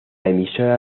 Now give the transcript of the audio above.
emisora